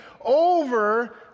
over